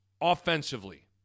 offensively